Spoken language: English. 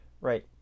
right